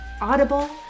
Audible